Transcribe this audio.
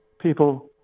people